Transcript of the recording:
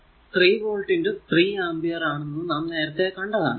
അത് 3 volt 3 ampere ആണെന്ന് നാം നേരത്തെ കണ്ടതാണ്